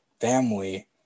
family